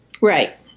Right